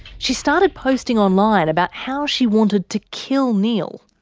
she started posting online about how she wanted to kill neil.